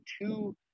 two